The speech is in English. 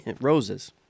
Roses